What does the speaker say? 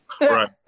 right